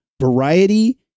variety